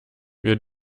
wir